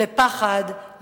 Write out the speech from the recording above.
לפחד,